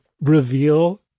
reveal